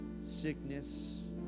sickness